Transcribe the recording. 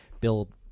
Bill